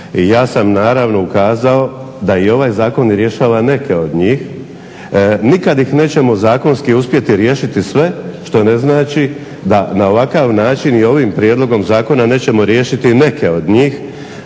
Ja sam naravno ukazao da ovaj zakon rješava neke od njih. Nikad ih nećemo zakonski uspjeti riješiti sve, što ne znači da na ovakav način i ovim prijedlogom zakona nećemo riješiti neke od njih